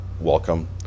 welcome